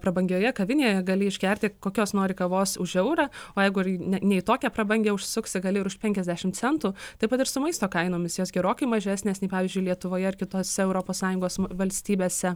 prabangioje kavinėje gali išgerti kokios nori kavos už eurą o jeigu ir į ne ne į tokią prabangią užsuksi gali ir už penkiasdešimt centų taip pat ir su maisto kainomis jos gerokai mažesnės nei pavyzdžiui lietuvoje ar kitose europos sąjungos valstybėse